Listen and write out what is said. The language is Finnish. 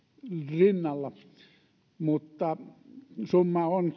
rinnalla summa on